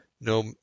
no